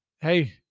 Hey